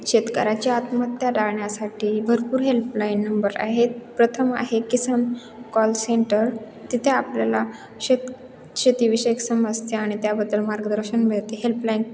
शेतकऱ्याच्या आत्महत्या टाळण्यासाठी भरपूर हेल्पलाईन नंबर आहेत प्रथम आहे किसान कॉल सेंटर तिथे आपल्याला शेत शेतीविषयक समस्या आणि त्याबद्दल मार्गदर्शन मिळते हेल्पलाईन